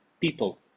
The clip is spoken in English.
People